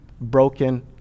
broken